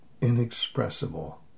inexpressible